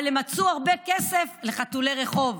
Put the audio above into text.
אבל הם מצאו הרבה כסף לחתולי רחוב,